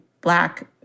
black